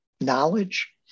knowledge